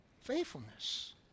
Faithfulness